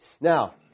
Now